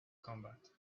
combat